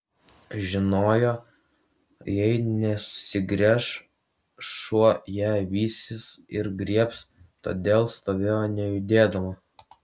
žinojo jei nusigręš šuo ją vysis ir griebs todėl stovėjo nejudėdama